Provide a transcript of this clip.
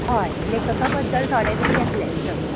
हय लेखका बद्दल थोडे तरी येतलें प्रस्न